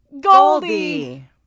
Goldie